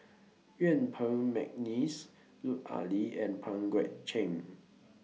Yuen Peng Mcneice Lut Ali and Pang Guek Cheng